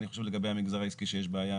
אני חושב לגבי המגזר העסקי שיש בעיה